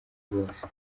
bose